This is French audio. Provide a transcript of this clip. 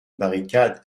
barricade